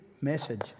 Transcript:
message